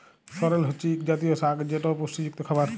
সরেল হছে ইক জাতীয় সাগ যেট পুষ্টিযুক্ত খাবার